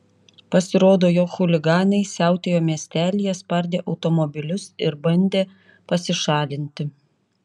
pasirodo jog chuliganai siautėjo miestelyje spardė automobilius ir bandė pasišalinti